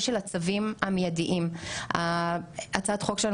והגיעה גם היא למסקנה שהתקדמות הטכנולוגיה היום,